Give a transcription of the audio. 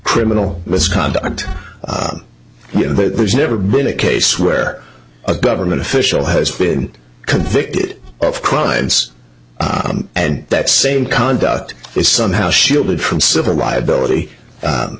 criminal misconduct but there's never been a case where a government official has been convicted of crimes and that same conduct is somehow shielded from civil liability